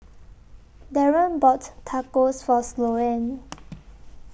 Darren bought Tacos For Sloane